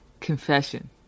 confession